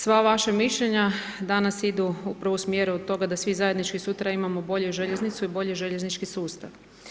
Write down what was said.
Sva vaša mišljenja danas idu upravo u smjeru toga da svi zajednički sutra imamo bolju željeznicu i bolji željeznički sustav.